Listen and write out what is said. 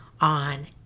on